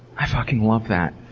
i fucking love that.